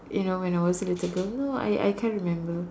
you know when I was a little girl no I I can't remember